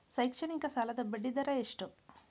ಶೈಕ್ಷಣಿಕ ಸಾಲದ ಬಡ್ಡಿ ದರ ಎಷ್ಟು?